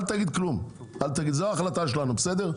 אל תגיד כלום, זאת ההחלטה שלנו, בסדר?